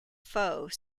foe